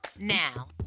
Now